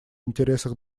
интересах